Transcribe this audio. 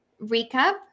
recap